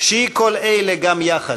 שהיא כל אלה גם יחד,